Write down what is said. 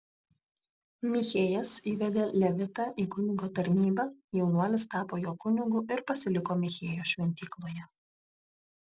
michėjas įvedė levitą į kunigo tarnybą jaunuolis tapo jo kunigu ir pasiliko michėjo šventykloje